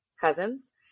cousins